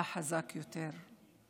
אתה חזק יותר.